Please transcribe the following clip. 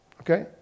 okay